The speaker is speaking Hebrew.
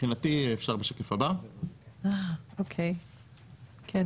השקף הזה